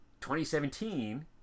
2017